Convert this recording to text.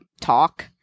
talk